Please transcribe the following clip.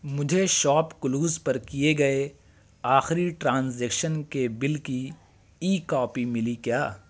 مجھے شاپکلوز پر کیے گئے آخری ٹرانزیکشن کے بل کی ای کاپی ملی کیا